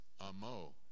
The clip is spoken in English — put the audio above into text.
amo